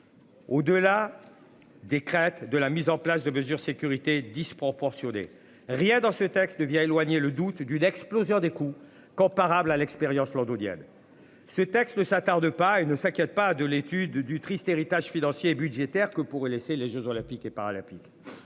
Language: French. Au-delà. Des craintes de la mise en place de mesures Sécurité disproportionnées rien dans ce texte vient éloigner le doute d'une explosion des coûts comparables à l'expérience londonienne. Ce texte ne s'attarde pas et ne s'inquiète pas de l'étude du triste héritage financier et budgétaire que pourrait laisser les Jeux olympiques et paralympiques.